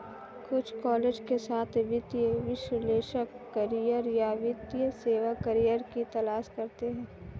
कुछ कॉलेज के छात्र वित्तीय विश्लेषक करियर या वित्तीय सेवा करियर की तलाश करते है